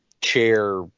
chair